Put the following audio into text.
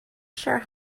sure